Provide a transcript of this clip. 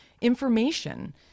information